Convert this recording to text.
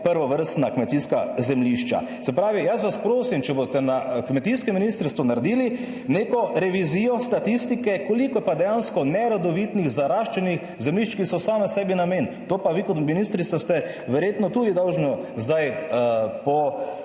prvovrstna kmetijska zemljišča. Se pravi, jaz vas prosim, če boste na kmetijskem ministrstvu naredili neko revizijo statistike, koliko je pa dejansko nerodovitnih, zaraščenih zemljišč, ki so same sebi namen. To pa vi kot ministrica ste verjetno tudi dolžni zdaj po